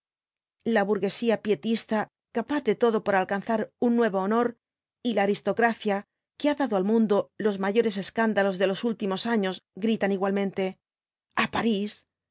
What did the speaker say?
la burguesía pietista capaz de todo por alcanzar un nuevo honor y la aristocracia que ha dado al mundo los mayores escándalos de los últimos años gritan igualmente a parís